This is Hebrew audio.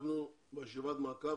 תהיה לנו ישיבת מעקב.